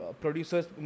producers